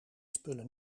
spullen